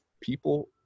people